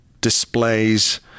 displays